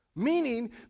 meaning